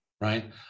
right